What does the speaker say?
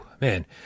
man